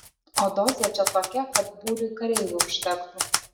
o dozė čia tokia kad būriui kareivių užtektų